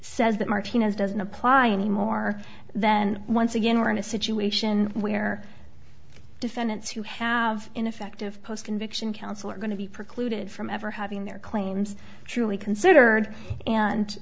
says that martinez doesn't apply anymore then once again we're in a situation where defendants who have ineffective post conviction counsel are going to be precluded from ever having their claims truly considered and